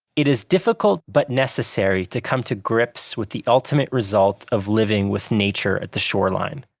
it is difficult but necessary to come to grips with the ultimate result of living with nature at the shoreline.